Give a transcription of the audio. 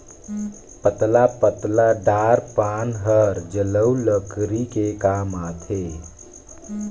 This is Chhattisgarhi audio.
पतला पतला डार पान हर जलऊ लकरी के काम आथे